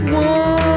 one